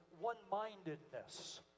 one-mindedness